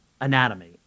anatomy